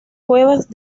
cuevas